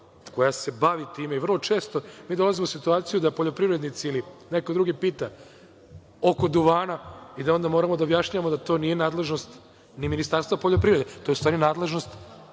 koja se bavi time i vrlo često mi dolazimo u situaciju da poljoprivrednici, ili neko drugi pita oko duvana i onda moramo da objašnjavamo da to nije nadležnost ni Ministarstva poljoprivrede, to je u stvari nadležnost